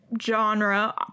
Genre